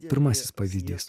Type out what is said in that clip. pirmasis pavyzdys